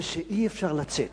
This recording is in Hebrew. וזה שאי-אפשר לצאת